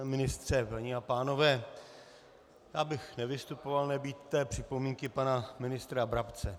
Pane ministře, paní a pánové, já bych nevystupoval, nebýt té připomínky pana ministra Brabce.